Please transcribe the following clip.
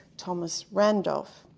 thomas randolph.